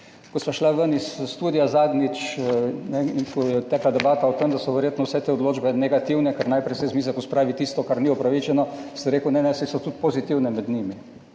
Ko sva šla ven iz studia, zadnjič, ko je tekla debata o tem, da so verjetno vse te odločbe negativne, ker najprej se z mize pospravi tisto, kar ni upravičeno, sem rekel, ne, ne, saj so tudi pozitivne med njimi.